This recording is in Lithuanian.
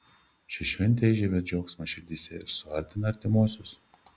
ši šventė įžiebia džiaugsmą širdyse ir suartina artimuosius